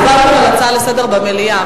הצבענו על הצעה לסדר-היום במליאה,